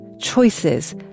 Choices